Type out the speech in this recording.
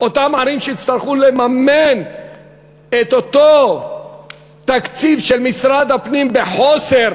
אותן ערים שיצטרכו לממן את אותו תקציב של משרד הפנים בחוסר.